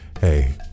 hey